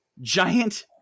Giant